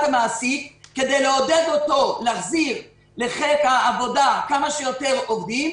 המעסיק כדי לעודד אותו להחזיר לחיק העבודה כמה שיותר עובדים.